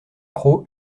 croc